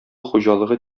хуҗалыгы